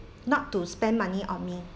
not to spend money on me